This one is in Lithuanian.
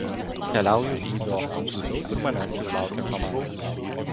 keliauju į dohą kur manęs jau laukia komanda